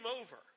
over